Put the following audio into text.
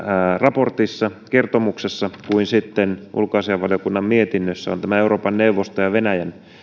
raportissa kertomuksessa kuin sitten ulkoasiainvaliokunnan mietinnössä eli euroopan neuvoston ja venäjän